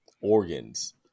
organs